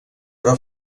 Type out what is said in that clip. però